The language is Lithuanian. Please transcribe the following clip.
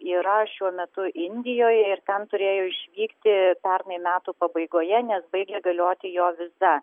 yra šiuo metu indijoje ir ten turėjo išvykti pernai metų pabaigoje nes baigia galioti jo viza